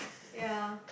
ya